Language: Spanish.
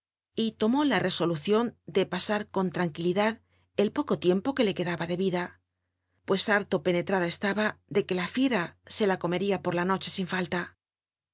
y tornó la resol ucion de pasar con tranquilidad el poco tiempo que le quedaba de vida pues harto penetrada estaba de e ue la fiera se la comería por la noche sin falla